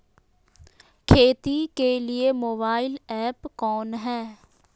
खेती के लिए मोबाइल ऐप कौन है?